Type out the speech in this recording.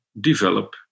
develop